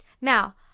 Now